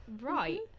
Right